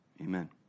Amen